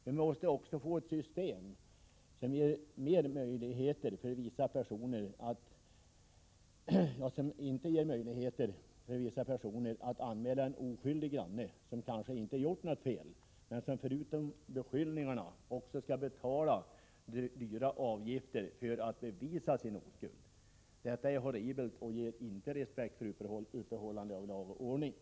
Vi måste också få ett system som inte ger möjligheter för vissa personer att anmäla en oskyldig granne, som kanske inte gjort något fel men som förutom att bli utsatt för beskyllningarna också skall betala dyra avgifter för att bevisa sin oskuld. Detta är horribelt och ger inte respekt för upprätthållande av lag och ordning.